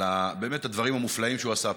באמת על הדברים המופלאים שהוא עשה,